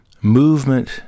movement